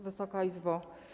Wysoka Izbo!